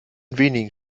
wenigen